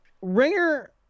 Ringer